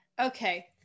Okay